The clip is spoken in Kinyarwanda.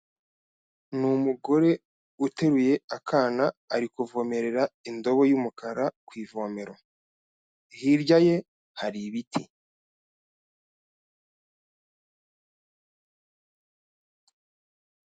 N’umugore uteruye akana ari kuvomerera indobo y'umukara kw’ivomero hirya ye hari ibiti.